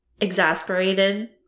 exasperated